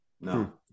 No